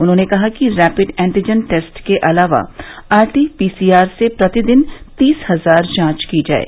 उन्होंने कहा कि रैपिड एन्टीजन टेस्ट के अलावा आरटीपीसीआर से प्रतिदिन तीस हजार जांच की जाएं